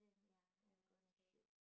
ya okay